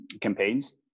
campaigns